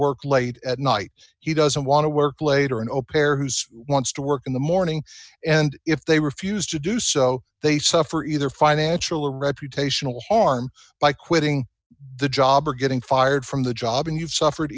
work late at night he doesn't want to work late or an opec or who's wants to work in the morning and if they refuse to do so they suffer either financial or reputational harm by quitting the job or getting fired from the job and you've suffered